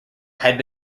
had